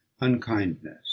Unkindness